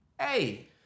Hey